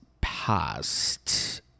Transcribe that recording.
past